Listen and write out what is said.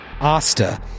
Asta